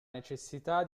necessità